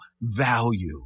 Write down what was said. value